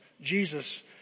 Jesus